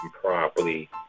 properly